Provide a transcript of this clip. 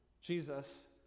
Jesus